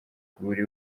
buri